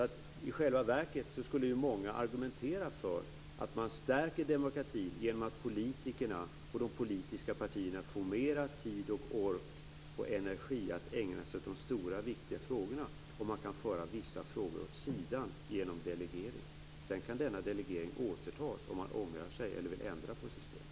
I själva verket skulle många argumentera för att man stärker demokratin genom att politikerna och de politiska partierna skulle få mer tid, ork och energi att ägna sig åt de stora, viktiga frågorna om vissa frågor kan föras åt sidan genom delegering. Om man ångrar sig eller vill ändra på systemet kan denna delegering återtas.